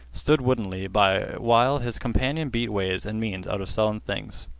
stood woodenly by while his companion beat ways and means out of sullen things.